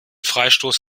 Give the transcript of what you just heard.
freistoß